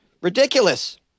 Ridiculous